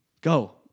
Go